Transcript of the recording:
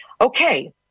Okay